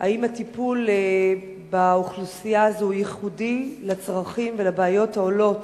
האם הטיפול באוכלוסייה הזאת הוא ייחודי לצרכים ולבעיות העולות